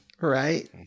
Right